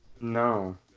No